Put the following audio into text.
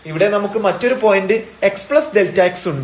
ഇവിടെ നമുക്ക് മറ്റൊരു പോയിന്റ് xΔx ഉണ്ട്